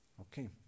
Okay